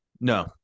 No